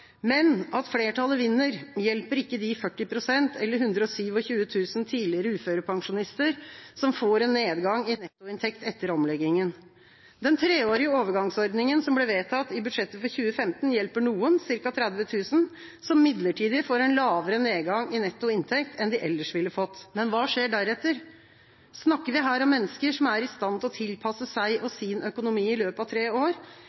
Men at flertallet vinner, hjelper ikke de 40 pst., eller 127 000 tidligere uførepensjonister, som får en nedgang i nettoinntekt etter omlegginga. Den treårige overgangsordninga som ble vedtatt i budsjettet for 2015, hjelper noen, ca. 30 000, som midlertidig får en lavere nedgang i netto inntekt enn de ellers ville fått. Men hva skjer deretter? Snakker vi her om mennesker som er i stand til å tilpasse seg og sin økonomi i løpet av tre år,